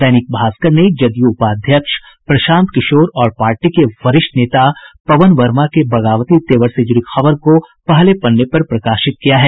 दैनिक भास्कर ने जदयू उपाध्यक्ष प्रशांत किशोर और पार्टी के वरिष्ठ नेता पवन वर्मा के बगावती तेवर से जुड़ी खबर को पहले पन्ने पर प्रकाशित किया है